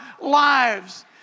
lives